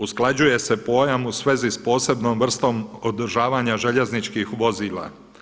Usklađuje se pojam u svezi s posebnom vrstom održavanja željezničkih vozila.